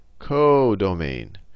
codomain